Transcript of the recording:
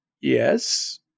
Yes